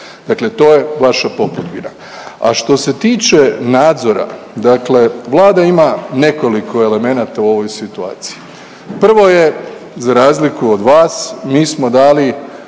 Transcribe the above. Dakle, to je vaša popudbina. A što se tiče nadzora, dakle Vlada ima nekoliko elemenata u ovoj situaciji. Prvo je za razliku od vas mi smo dali